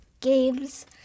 games